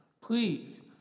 Please